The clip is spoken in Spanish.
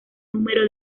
número